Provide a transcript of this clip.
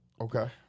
Okay